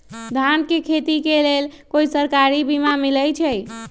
धान के खेती के लेल कोइ सरकारी बीमा मलैछई?